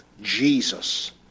Jesus